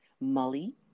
Molly